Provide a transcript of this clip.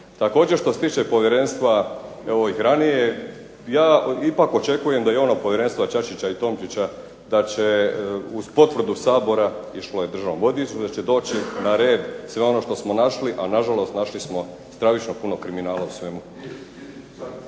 znali. A što se tiče povjerenstva onih ranije, ja ipak očekujem da i ono Povjerenstva i Čačića i Tomčića da će uz potvrdu Sabora, išlo je Državnom odvjetništvu, da će doći na red sve ono što smo našli a našli smo stravično puno kriminala u svemu.